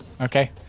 Okay